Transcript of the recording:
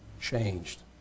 changed